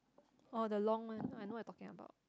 oh the long one I know what you talking about